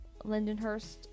Lindenhurst